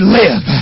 live